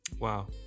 Wow